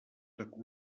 tak